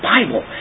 Bible